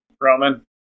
Roman